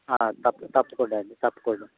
తప్ప తప్పకుండా అండి తప్పకుండా